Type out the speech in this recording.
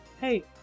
hey